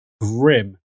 grim